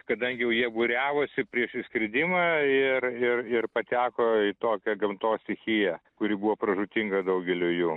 kadangi jau jie būriavosi prieš išskridimą ir ir ir pateko į tokią gamtos stichiją kuri buvo pražūtinga daugeliui jų